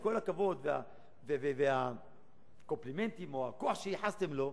עם כל הכבוד והקומפלימנטים או הכוח שייחסתם לו,